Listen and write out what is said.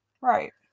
Right